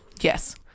Yes